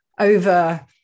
over